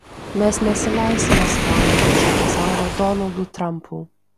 mes nesileisime skaldomi šio pasaulio donaldų trampų